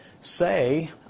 say